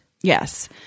Yes